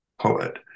poet